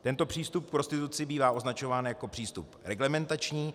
Tento přístup k prostituci bývá označován jako přístup reglementační.